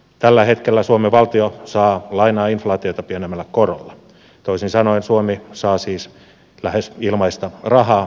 tällä hetkellä suomen valtio saa lainaa inflaatiota pienemmällä korolla toisin sanoen suomi saa siis lähes ilmaista rahaa investointejaan varten